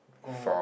oh